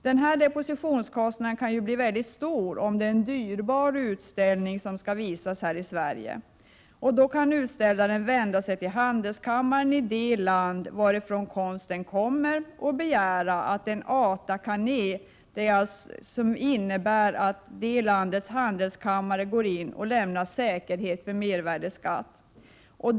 Denna depositionskostnad kan bli mycket stor, om det är en dyrbar utställning som skall visas här i Sverige. Då kan utställaren vända sig till handelskammaren i det land varifrån konsten kommer och begära en ata-kané, som innebär att handelskammaren går in och lämnar säkerhet för mervärdeskatt.